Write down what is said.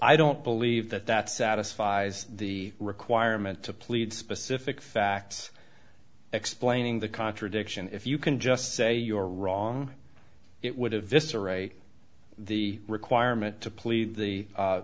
i don't believe that that satisfies the requirement to plead specific facts explaining the contradiction if you can just say you're wrong it would have disarray the requirement to plead the